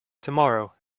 tomorrow